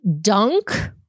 Dunk